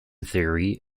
theory